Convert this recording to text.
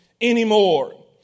anymore